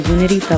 Unity